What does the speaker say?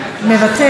מוותר,